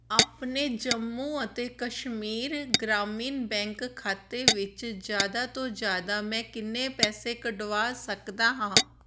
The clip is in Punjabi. ਆਪਣੇ ਜੰਮੂ ਅਤੇ ਕਸ਼ਮੀਰ ਗ੍ਰਾਮੀਣ ਬੈਂਕ ਖਾਤੇ ਵਿੱਚ ਜ਼ਿਆਦਾ ਤੋਂ ਜ਼ਿਆਦਾ ਮੈਂ ਕਿੰਨੇ ਪੈਸੇ ਕੱਢਵਾ ਸਕਦਾ ਹਾਂ